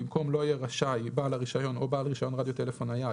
במקום "לא יהיה רשאי בעל הרישיון או בעל רישיון רדיו טלפון נייד"